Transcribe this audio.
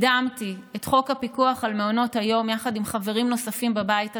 וקידמתי את חוק הפיקוח על מעונות היום יחד עם חברים נוספים בבית הזה,